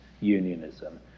unionism